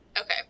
okay